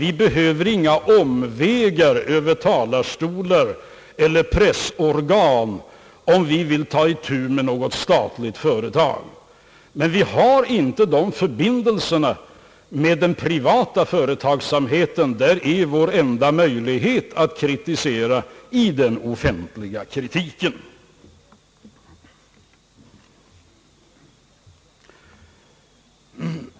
Vi behöver inga omvägar Över talarstolar och pressorgan, om vi vill ta itu med något statligt företag, men vi har inte samma förbindelser med den privata företagsamheten. Där är vår enda möjlighet att framföra offentlig kritik.